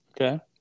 Okay